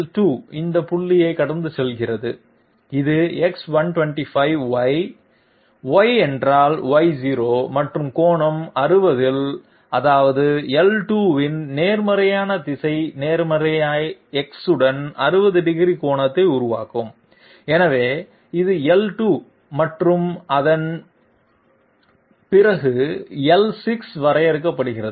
l2 இந்த புள்ளியைக் கடந்து செல்கிறது இது X125Y Y என்றால் Y0 மற்றும் கோணம் 60 இல் அதாவது l2 இன் நேர்மறையான திசை நேர்மறை X உடன் 60 டிகிரி கோணத்தை உருவாக்கும் எனவே இது l2 மற்றும் அதன் பிறகு l6 வரையறுக்கப்படுகிறது